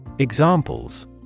Examples